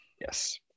Yes